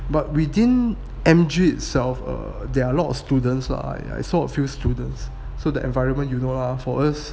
but within M_G itself err there are a lot of students lah I saw a few students so the environment you know lah for us